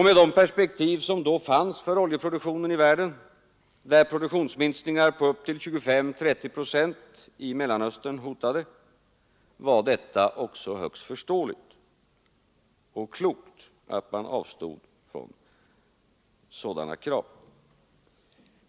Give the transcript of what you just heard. Med de perspektiv som då fanns för oljeproduktionen i världen — där produktionsminskningar på upp till 25—30 procent i Mellanöstern hotade — var det också högst förståeligt och klokt att man avstod från att driva sådana krav.